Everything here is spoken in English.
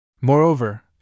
Moreover